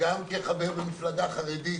וגם כחבר במפלגה חרדית